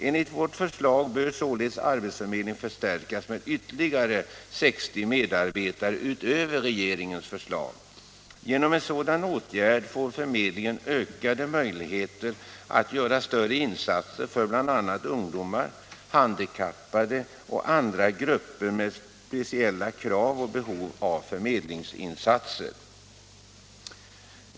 Enligt vårt förslag bör således arbetsförmedlingen förstärkas med 60 medarbetare utöver regeringens förslag. Genom en sådan åtgärd får förmedlingen ökade möjligheter att göra större insatser för bl.a. handikappade och andra grupper med speciella krav på och behov av förmedlingsinsatser.